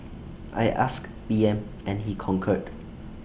I asked P M and he concurred